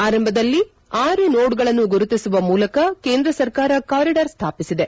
ಆರಂಭದಲ್ಲಿ ಆರು ನೋಡ್ ಗಳನ್ನು ಗುರುತಿಸುವ ಮೂಲಕ ಕೇಂದ್ರ ಸರ್ಕಾರ ಕಾರಿಡಾರ್ ಸ್ಥಾಪಿಸಿದೆ